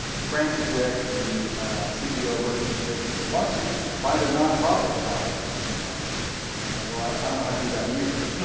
francis wick, the ceo of wick communications said why don't you find a nonprofit to buy it. you know and i thought i i don't know how to do that either.